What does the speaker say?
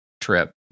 trip